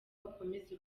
ukomeze